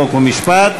חוק ומשפט,